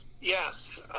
Yes